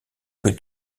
que